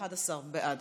11 בעד.